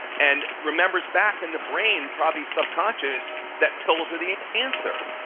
and remembers back in the brain probably subconscious that tells her the answer.